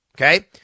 Okay